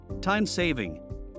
Time-saving